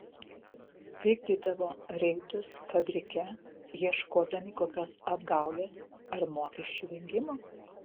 vykdydavo reidus fabrike ieškodami kokios apgaulės ar mokesčių vengimo